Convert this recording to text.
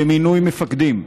במינוי מפקדים,